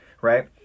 Right